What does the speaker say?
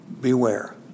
beware